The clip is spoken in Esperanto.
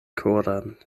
koran